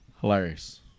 hilarious